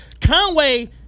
Conway